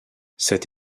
cette